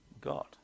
God